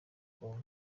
congo